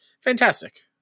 fantastic